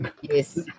Yes